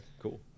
cool